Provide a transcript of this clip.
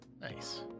nice